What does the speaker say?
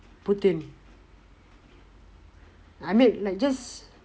putin I mean like just